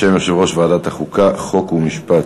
בשם יושב-ראש ועדת החוקה, חוק ומשפט.